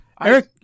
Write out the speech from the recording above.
Eric